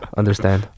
understand